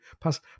pass